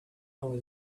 was